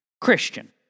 Christian